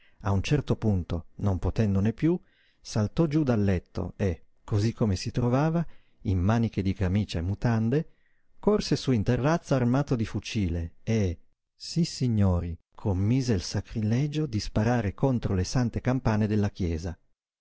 a un certo punto non potendone piú saltò giú dal letto e cosí come si trovava in maniche di camicia e mutande corse su in terrazza armato di fucile e sissignori commise il sacrilegio di sparare contro le sante campane della chiesa